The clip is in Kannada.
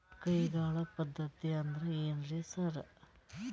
ಕೈಗಾಳ್ ಪದ್ಧತಿ ಅಂದ್ರ್ ಏನ್ರಿ ಸರ್?